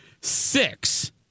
Six